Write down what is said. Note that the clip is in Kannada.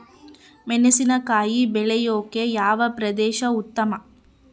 ಮೆಣಸಿನಕಾಯಿ ಬೆಳೆಯೊಕೆ ಯಾವ ಪ್ರದೇಶ ಉತ್ತಮ?